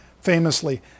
famously